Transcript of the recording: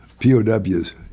POW's